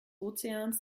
ozeans